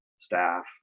staff